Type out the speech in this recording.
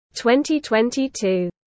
2022